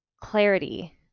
clarity